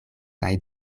kaj